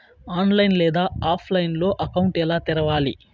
online లేదా ఆఫ్లైన్లో account ఎలా తెరవాలి